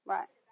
Right